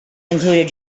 included